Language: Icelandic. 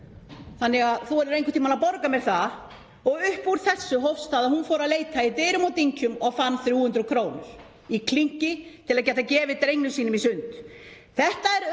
þannig að þú verður einhvern tímann að borga mér það. Og upp úr þessu hófst það að hún fór að leita dyrum og dyngjum og fann 300 kr. í klinki til að geta gefið drengnum sínum í sund. Þetta er